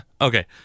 Okay